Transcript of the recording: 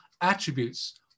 attributes